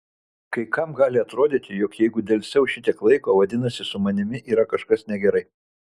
kai kam gali atrodyti jog jeigu delsiau šitiek laiko vadinasi su manimi yra kažkas negerai